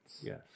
yes